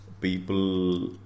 people